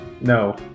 No